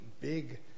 big